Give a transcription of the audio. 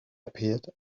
appeared